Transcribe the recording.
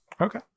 Okay